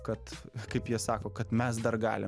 kad kaip jie sako kad mes dar galim